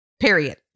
period